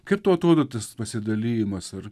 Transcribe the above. kaip tau atrodo tas pasidalijimas ar